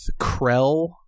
Krell